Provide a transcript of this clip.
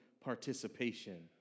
participation